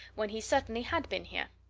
when he certainly had been here!